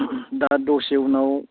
दा दसे उनाव